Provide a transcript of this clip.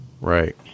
Right